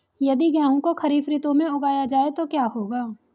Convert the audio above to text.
यदि गेहूँ को खरीफ ऋतु में उगाया जाए तो क्या होगा?